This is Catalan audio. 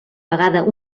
vegada